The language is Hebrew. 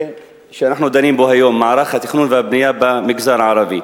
שאנחנו דנים בו היום: מערך התכנון והבנייה במגזר הערבי.